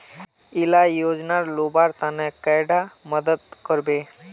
इला योजनार लुबार तने कैडा मदद करबे?